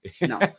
no